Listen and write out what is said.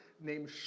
named